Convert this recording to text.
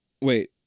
Wait